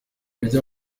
bijya